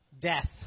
death